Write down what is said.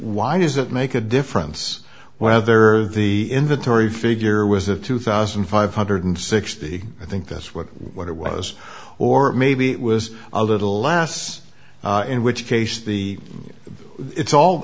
why does it make a difference whether the inventory figure was a two thousand five hundred sixty i think that's what what it was or maybe it was a little last in which case the it's all